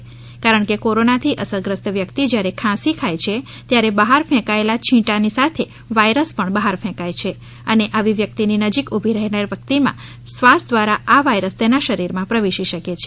કા રણ કે કોરોનાથી અસરગ્રસ્ત વ્યક્તિ જ્યારે ખાંસી ખાય છે ત્યારે બહાર ફેંકાયેલા છીંટાની સાથે વાયરસ પણ બહાર ફેંકાય છે અને આવી વ્યક્તિની નજીક ઉભી રહેલ વ્યક્તિમાં શ્વાસ દ્વારા આ વાયરસ તેના શરીરમાં પ્રવેશી શકે છે